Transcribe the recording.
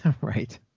Right